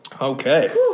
Okay